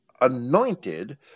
anointed